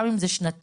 גם אם זה שנתי,